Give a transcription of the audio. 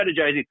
strategizing